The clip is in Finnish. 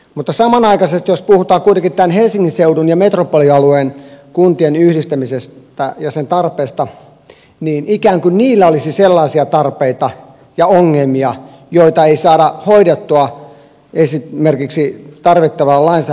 mutta samanaikaisesti jos puhutaan kuitenkin tämän helsingin seudun ja metropolialueen kuntien yhdistämisen tarpeesta niin ikään kuin niillä olisi sellaisia tarpeita ja ongelmia joita ei saada hoidettua esimerkiksi tarvittavalla lainsäädäntöuudistuksella